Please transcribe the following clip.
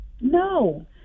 No